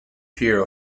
peer